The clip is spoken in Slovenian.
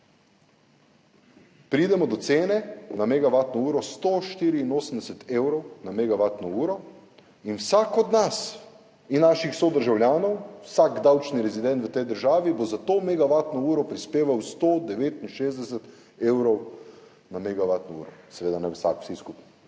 Pridemo do cene 184 evrov za megavatno uro in vsak od nas in naših sodržavljanov, vsak davčni rezident v tej državi bo za to megavatno uro prispeval 169 evrov, seveda ne vsak, vsi skupaj.